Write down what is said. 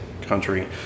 country